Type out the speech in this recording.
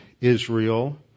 Israel